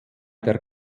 der